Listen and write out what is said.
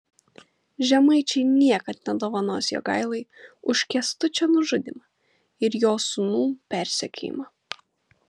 žemaičiai niekad nedovanos jogailai už kęstučio nužudymą ir jo sūnų persekiojimą